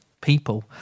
people